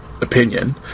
opinion